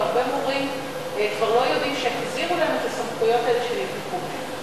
והרבה מורים לא יודעים שכבר החזירו להם את הסמכויות האלה שנלקחו מהם.